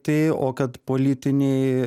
tai o kad politiniai